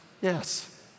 Yes